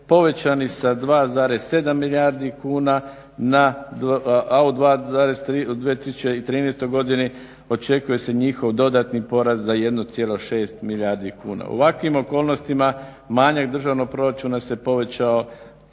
povećani sa 2,7 milijardi kuna, a u 2013. godini očekuje se njihov dodatni porast za 1,6 milijardi kuna. U ovakvim okolnostima manjak državnog proračuna se povećao